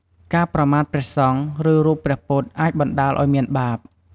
ការប្រមាថព្រះសង្ឃ ឬរូបព្រះពុទ្ធអាចបណ្តាលឲ្យមានបាប។